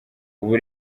ubu